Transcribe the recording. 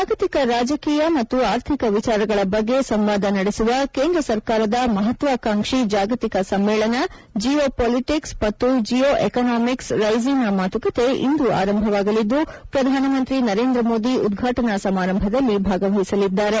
ಜಾಗತಿಕ ರಾಜಕೀಯ ಮತ್ತು ಆರ್ಥಿಕ ವಿಚಾರಗಳ ಬಗ್ಗೆ ಸಂವಾದ ನಡೆಸುವ ಕೇಂದ ಸರ್ಕಾರದ ಮಹತ್ವಾಕಾಂಕ್ಷಿ ಜಾಗತಿಕ ಸಮ್ಮೇಳನ ಜಿಯೊ ಪೊಲಿಟಿಕ್ಸ್ ಮತ್ತು ಜಿಯೊ ಎಕನಾಮಿಕ್ಸ್ ರೈಸಿನಾ ಮಾತುಕತೆ ಇಂದು ಆರಂಭವಾಗಲಿದ್ದು ಪ್ರಧಾನಮಂತಿ ನರೇಂದ ಮೋದಿ ಉದ್ಘಾಟನಾ ಸಮಾರಂಭದಲ್ಲಿ ಭಾಗವಹಿಸಲಿದ್ದಾರೆ